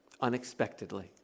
unexpectedly